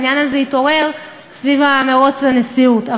העניין הזה התעורר סביב המירוץ לנשיאות,